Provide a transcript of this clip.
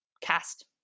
cast